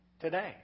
today